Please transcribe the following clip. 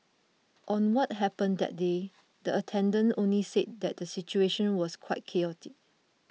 on what happened that day the attendant only said that the situation was quite chaotic